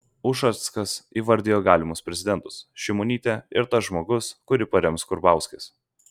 ušackas įvardijo galimus prezidentus šimonytė ir tas žmogus kurį parems karbauskis